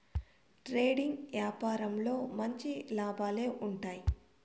trading యాపారంలో మంచి లాభాలే ఉంటాయి